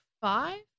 five